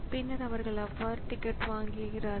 எனவே இது IO செயல்பாட்டைத் தொடங்குகிறது